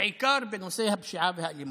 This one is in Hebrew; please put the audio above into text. בעיקר בנושא הפשיעה והאלימות.